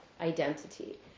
identity